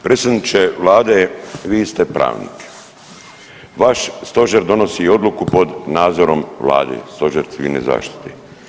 Predsjedniče vlade vi ste pravnik, vaš stožer donosi odluku pod nadzorom vlade, Stožer civilne zaštite.